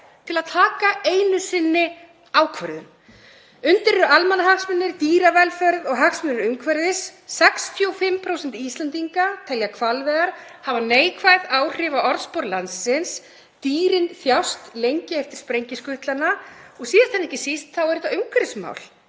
til að taka einu sinni ákvörðun. Undir eru almannahagsmunirnir, dýravelferð og hagsmunir umhverfis. 65% Íslendinga telja að hvalveiðar hafi neikvæð áhrif á orðspor landsins. Dýrin þjást lengi eftir sprengiskutlana og síðast en ekki síst er þetta umhverfismál;